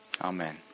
Amen